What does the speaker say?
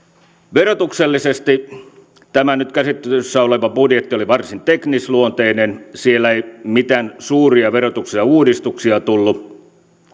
verotuksellisesti tämä nyt käsittelyssä oleva budjetti oli varsin teknisluonteinen siellä ei mitään suuria verotuksellisia uudistuksia tullut